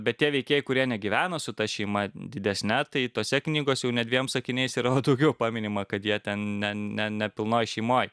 bet tie veikėjai kurie negyvena su ta šeima didesne tai tose knygose ne dviem sakiniais ir o tokių paminima kad jie ten ne ne nepilnoj šeimoj